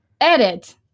edit